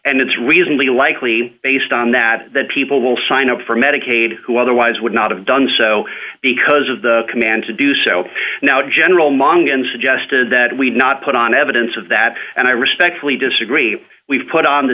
and it's reasonably likely based on that that people will sign up for medicaid who otherwise would not have done so because of the command to do so now general mongan suggested that we not put on evidence of that and i respectfully disagree we've put on the